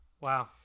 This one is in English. Wow